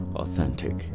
authentic